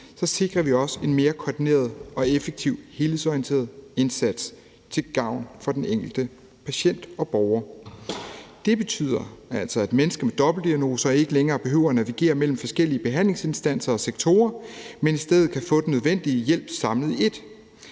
sikrer vi også en mere koordineret og effektiv helhedsorienteret indsats til gavn for den enkelte patient og borger. Det betyder, at mennesker med dobbeltdiagnoser ikke længere behøver at navigere mellem forskellige behandlingsinstanser og sektorer, men i stedet kan få den nødvendige behandling samlet i ét.